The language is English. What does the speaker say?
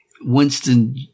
Winston